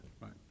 Right